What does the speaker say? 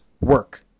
work